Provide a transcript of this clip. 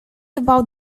about